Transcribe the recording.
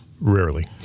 Rarely